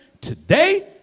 today